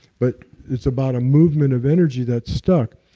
but it's about a movement of energy that's stuck.